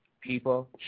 People